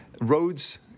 roads